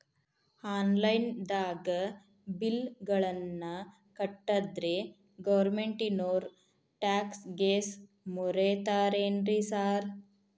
Online ದಾಗ bill ಗಳನ್ನಾ ಕಟ್ಟದ್ರೆ ಗೋರ್ಮೆಂಟಿನೋರ್ ಟ್ಯಾಕ್ಸ್ ಗೇಸ್ ಮುರೇತಾರೆನ್ರಿ ಸಾರ್?